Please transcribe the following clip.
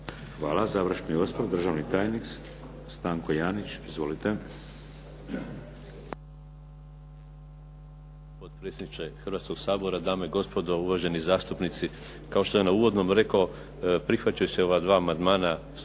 Hvala. Završni osvrt, državni tajnik Stanko Janić. Izvolite.